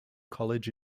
college